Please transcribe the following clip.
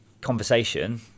conversation